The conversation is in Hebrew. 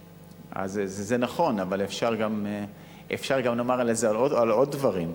זה נכון, אבל אפשר גם לומר את זה על עוד דברים.